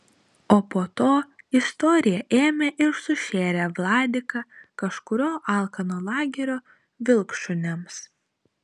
o po to istorija ėmė ir sušėrė vladiką kažkurio alkano lagerio vilkšuniams